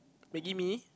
maggie-mee